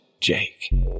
Jake